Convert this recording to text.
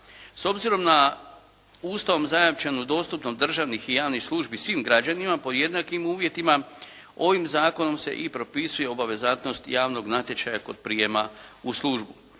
S obzirom na Ustavom zajamčenu ... državnih i javnih službi svim građanima pod jednakim uvjetima, ovim zakonom se i propisuje obvezatnost javnog natječaja kod prijema u službu.